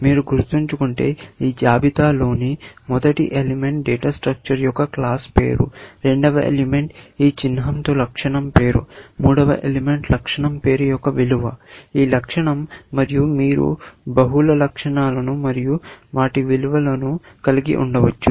మీరు గుర్తుంచుకుంటే ఈ జాబితాలో ని మొదటి ఎలిమెంట్ డేటా స్ట్రక్చర్ యొక్క క్లాస్ పేరు రెండవ ఎలిమెంట్ ఈ చిహ్నంతో లక్షణం పేరు మూడవ ఎలిమెంట్ లక్షణం పేరు యొక్క విలువ ఈ లక్షణం మరియు మీరు బహుళ లక్షణాలను మరియు వాటి విలువల ను కలిగి ఉండవచ్చు